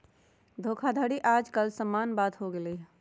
धोखाधड़ी याज काल समान्य बात हो गेल हइ